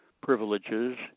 privileges